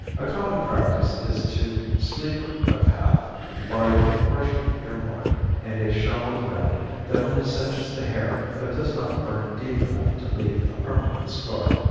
a common practice is to sleeper a calf by a partial earmark and a shallow brand that only singes the hair but does not burn deep enough to leave a permanent scar.